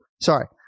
sorry